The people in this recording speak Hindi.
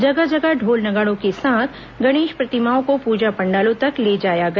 जगह जगह ढोल नगाड़ों के साथ गणेश प्रतिमाओं को पूजा पंडालों तक ले जाया गया